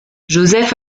jozef